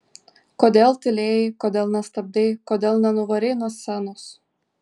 kodėl tylėjai kodėl nestabdei kodėl nenuvarei nuo scenos